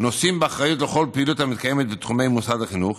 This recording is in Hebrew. נושאים באחריות לכל פעילות המתקיימת בתחומי מוסד החינוך,